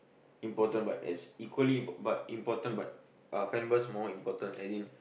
important but as equally imp~ but important but uh family members more important as in